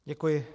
Děkuji.